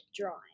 drawing